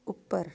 ਉੱਪਰ